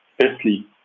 Firstly